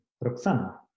Roxana